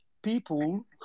people